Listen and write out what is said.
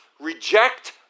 reject